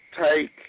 take